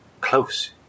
close